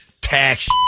Tax